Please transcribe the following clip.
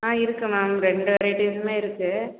ஆ இருக்குது மேம் ரெண்டு வெரைடிஸுமே இருக்குது